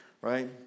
Right